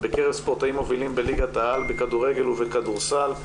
בקרב ספורטאים מובילים בליגת העל בכדורגל ובכדורסל.